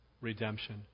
Redemption